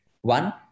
One